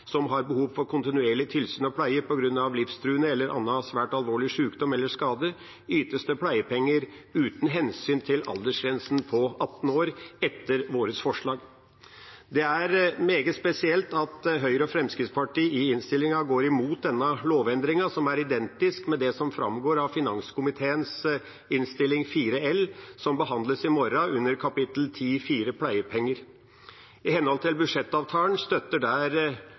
som har behov for kontinuerlig tilsyn og pleie på grunn av livstruende eller annen svært alvorlig sykdom eller skade, ytes det etter vårt forslag pleiepenger uten hensyn til aldersgrensen på 18 år. Det er meget spesielt at Høyre og Fremskrittspartiet i innstillingen går mot denne lovendringen, som er identisk med det som framgår av finanskomiteens Innst. 4 L, som behandles i morgen, under kapittel 10.4 Pleiepenger. I henhold til budsjettavtalen støtter der